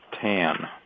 tan